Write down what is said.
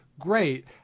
Great